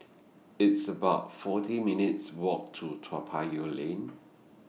It's about forty minutes' Walk to Toa Payoh Lane